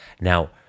now